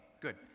good